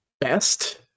best